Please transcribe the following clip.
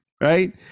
right